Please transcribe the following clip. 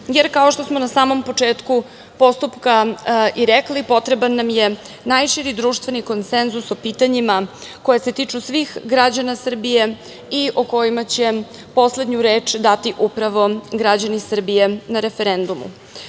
jer kao što smo na samom početku postupka i rekli, potreban nam je najširi društveni konsenzus o pitanjima koja se tiču svih građana Srbije i o kojima će poslednju reč dati upravo građani Srbije na referendumu.S